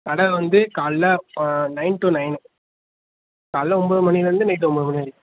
கடை வந்து காலையில் நயன் டு நயன் காலையில் ஒம்பது மணிலேருந்து நைட்டு ஒம்பது மணி வரைக்கும்